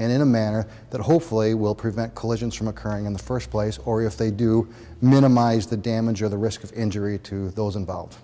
and in a manner that hopefully will prevent collisions from occurring in the first place or if they do minimize the damage or the risk of injury to those involved